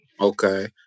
Okay